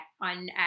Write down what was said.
on